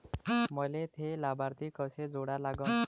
मले थे लाभार्थी कसे जोडा लागन?